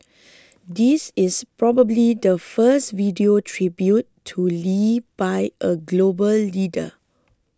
this is probably the first video tribute to Lee by a global leader